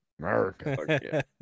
America